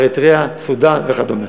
סודאן וכדומה.